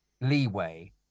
leeway